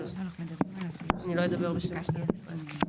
אבל אני לא אדבר בשם משטרת ישראל.